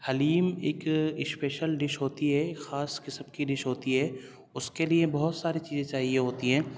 حلیم ایک special dish ہوتی ہے خاص قسم کی ڈش ہوتی ہے اس کے لیے بہت ساری چیزیں چاہیے ہوتی ہیں